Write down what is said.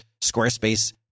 Squarespace